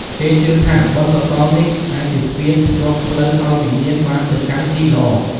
គេជឿថា បុណ្យកុសលនេះអាចជាស្ពានភ្ជាប់ផ្លូវឱ្យវិញ្ញាណបានទៅកាន់ទីល្អ។